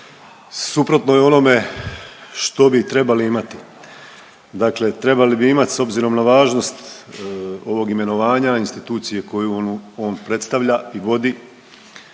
suprotno je onome što bi trebali imati. Dakle, trebali bi imati s obzirom na važnost ovog imenovanja institucije koju on predstavlja i vodi